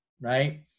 right